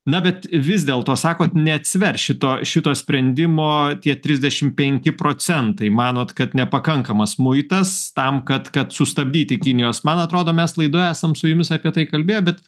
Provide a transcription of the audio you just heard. na bet vis dėlto sakot neatsvers šito šito sprendimo tie trisdešim penki procentai manot kad nepakankamas muitas tam kad kad sustabdyti kinijos man atrodo mes laidoj esam su jumis apie tai kalbėjo bet